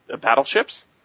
battleships